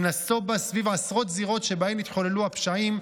היא נסובה סביב עשרות זירות שבהן התחוללו הפשעים,